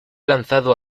lanzado